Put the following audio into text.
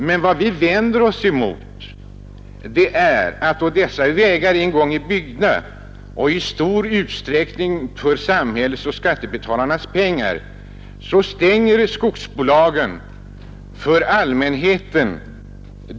Men vad vi vänder oss emot är att då dessa vägar väl är byggda, i stor utsträckning för samhällets och skattebetalarnas pengar, så stänger skogsbolagen dem för allmänheten.